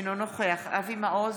אינו נוכח אבי מעוז,